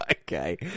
Okay